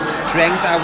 strength